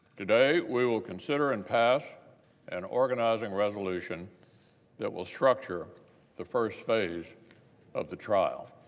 today, we will consider and pass an organizing resolution that will structure the first phase of the trial.